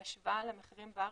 בהשוואה למחירים בארץ,